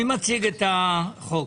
מי מציג את החוק?